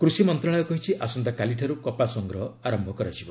କୃଷି ମନ୍ତ୍ରଶାଳୟ କହିଛି ଆସନ୍ତାକାଲି ଠାରୁ କପା ସଂଗ୍ରହ ଆରମ୍ଭ ହେବ